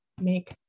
Make